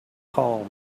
call